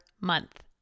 month